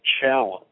challenge